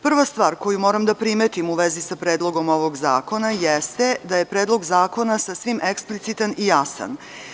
Prva stvar koju moram da primetim u vezi sa predlogom ovog zakona jeste da je Predlog zakona sasvim eksplicitan i jasan.